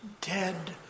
dead